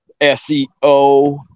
SEO